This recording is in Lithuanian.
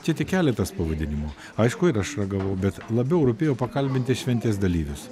čia tik keletas pavadinimų aišku ir aš ragavau bet labiau rūpėjo pakalbinti šventės dalyvius